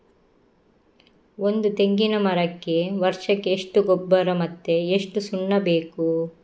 ಒಂದು ತೆಂಗಿನ ಮರಕ್ಕೆ ವರ್ಷಕ್ಕೆ ಎಷ್ಟು ಗೊಬ್ಬರ ಮತ್ತೆ ಎಷ್ಟು ಸುಣ್ಣ ಬೇಕು?